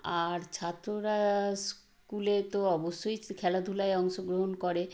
আর ছাত্ররা স্কুলে তো অবশ্যই খেলাধুলায় অংশগ্রহণ করে